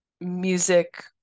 music